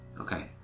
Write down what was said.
okay